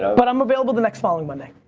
but i'm available the next following monday,